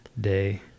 day